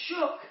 shook